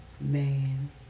man